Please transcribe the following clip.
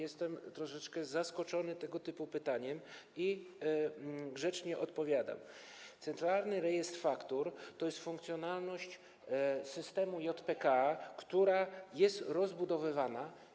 Jestem troszeczkę zaskoczony tego typu pytaniem, ale grzecznie odpowiadam, iż Centralny Rejestr Faktur to jest funkcjonalność systemu JPK, która jest rozbudowywana.